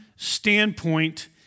standpoint